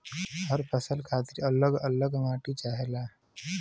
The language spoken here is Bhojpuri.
हर फसल खातिर अल्लग अल्लग माटी चाहेला